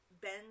ben